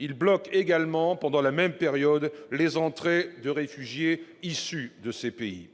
Il bloque également, pendant la même période, les entrées de réfugiés en provenance de ces États.